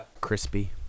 Crispy